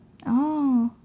oh